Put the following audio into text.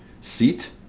seat